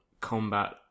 combat